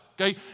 okay